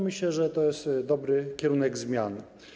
Myślę, że to jest dobry kierunek zmian.